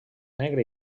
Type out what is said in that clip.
negre